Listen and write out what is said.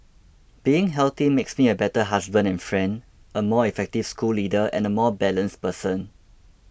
being healthy makes me a better husband and friend a more effective school leader and a more balanced person